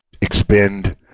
expend